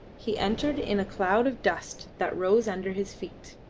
he entered in a cloud of dust that rose under his feet.